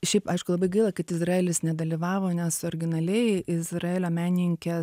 šiaip aišku labai gaila kad izraelis nedalyvavo nes originaliai izraelio menininkė